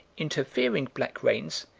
interfering black rains,